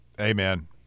Amen